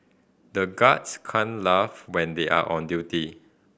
the guards can laugh when they are on duty